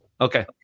okay